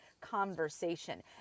conversation